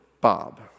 Bob